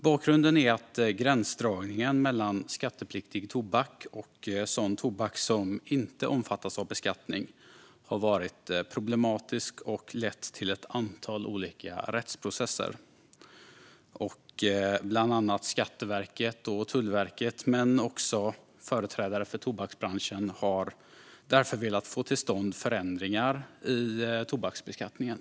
Bakgrunden är att gränsdragningen mellan skattepliktig tobak och sådan tobak som inte omfattas av beskattning har varit problematisk och lett till ett antal olika rättsprocesser. Bland andra Skatteverket och Tullverket men också företrädare för tobaksbranschen har därför velat få till stånd förändringar i tobaksbeskattningen.